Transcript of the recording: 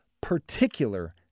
particular